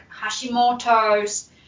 Hashimoto's